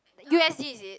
U_S_D is it